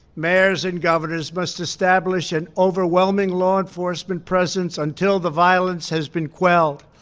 mayors and governors must establish an overwhelming law enforcement presence until the violence has been quelled.